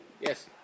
Yes